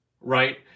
right